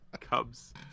Cubs